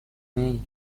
میل